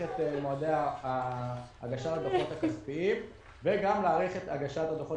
את מועדי הגשת הדוחות הכספיים וגם להאריך את הגשת הדוחות